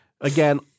Again